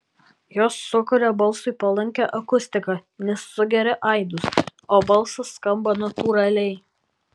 jos sukuria balsui palankią akustiką nes sugeria aidus o balsas skamba natūraliai